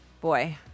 Boy